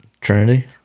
Trinity